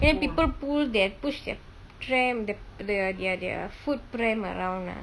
then people pull their push their tram the their their food pram around ah